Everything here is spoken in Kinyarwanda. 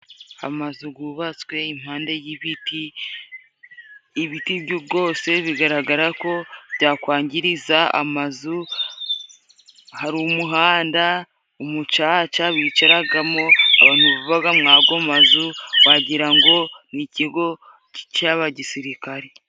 Amazu gubatswe impande y'ibiti ibiti byo rwose, bigaragara ko byakwangiriza amazu. Hari umuhanda, umucaca bicaragamo abantu babaga mwago mazu, wagirango ngo n'ikigo cy'aba gisirikare.